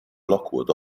lockwood